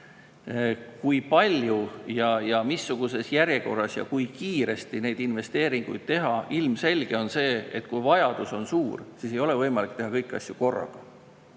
Kui palju ja missuguses järjekorras ja kui kiiresti neid investeeringuid teha? Ilmselge on see, et kui vajadus on suur, siis ei ole võimalik teha kõiki asju korraga.